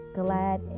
glad